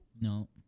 No